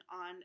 on